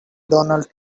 donald